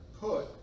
Put